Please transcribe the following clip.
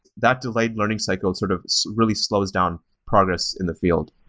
that delayed learning cycle sort of really slows down progress in the field.